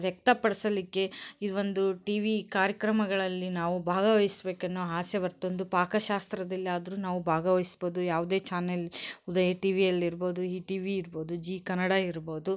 ವ್ಯಕ್ತಪಡಿಸ್ಲಿಕ್ಕೆ ಇದು ಒಂದು ಟಿವಿ ಕಾರ್ಯಕ್ರಮಗಳಲ್ಲಿ ನಾವು ಭಾಗವಹಿಸಬೇಕೆನ್ನೋ ಆಸೆ ಬರತ್ತೊಂದು ಪಾಕ ಶಾಸ್ತ್ರದಲ್ಲಾದರೂ ನಾವು ಭಾಗವಹಿಸ್ಬೋದು ಯಾವುದೇ ಚಾನೆಲ್ ಉದಯ ಟಿವಿಯಲ್ಲಿರ್ಬೋದು ಈ ಟಿವಿ ಇರ್ಬೋದು ಜೀ ಕನ್ನಡ ಇರ್ಬೋದು